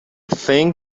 thing